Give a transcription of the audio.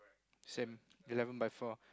same eleven by four